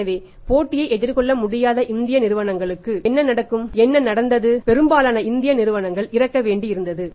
எனவே போட்டியை எதிர்கொள்ள முடியாத இந்திய நிறுவனங்களுக்கு என்ன நடக்கும் அது நடந்தபோது பெரும்பாலான இந்திய நிறுவனம் இறக்க வேண்டியிருந்தது